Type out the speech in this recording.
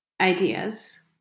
ideas